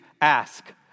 ask